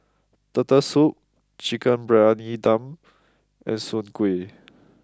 Turtle Soup Chicken Briyani Dum and Soon Kuih